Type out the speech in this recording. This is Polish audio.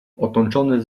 otoczony